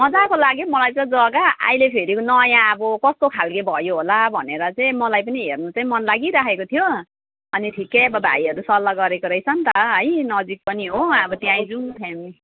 मजाको लाग्यो मलाई त जग्गा अहिले फेरि नयाँ अब कस्तो खालको भयो होला भनेर चाहिँ मलाई पनि हेर्नु चाहिँ मन लागिराखेको थियो अनि ठिकै अब भाइहरू सल्लाह गरेको रहेछ नि त है नजिक पनि हो अब त्यही जाउँ फ्यामि